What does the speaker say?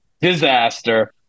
disaster